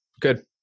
good